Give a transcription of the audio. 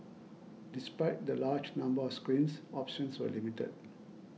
despite the larger number of screens options were limited